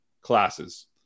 classes